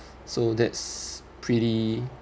so that's pretty